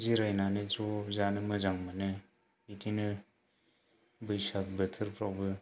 जिरायनानै ज' जानो मोजां मोनो बिदिनो बैसाग बोथोरफ्रावबो